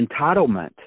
entitlement